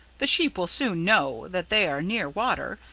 the sheep will soon know that they are near water,